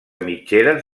mitgeres